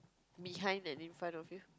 behind and in front of you